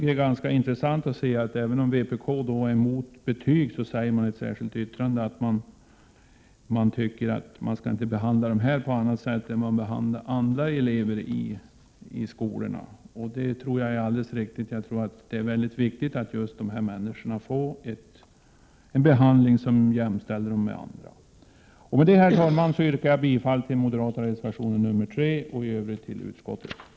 Det är ganska intressant att vpk:s representant i utskottet, även om vpk är emot betyg, i ett särskilt yttrande säger att han inte tycker att man skall behandla eleverna i särvux på annat sätt än man behandlar andra elever i skolorna. Det tror jag är alldeles riktigt. Jag tror att det är väldigt viktigt att de här människorna får en behandling som jämställer dem med andra. Med det, herr talman, yrkar jag bifall till den moderata reservationen nr 3 och i övrigt till utskottets hemställan.